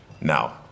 Now